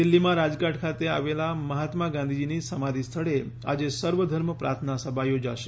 દિલ્ફીમાં રાજઘાટ ખાતે આવેલી મહાત્મા ગાંધીજીની સમાધી સ્થળે આજે સર્વધર્મ પ્રાર્થના સભા યોજાશે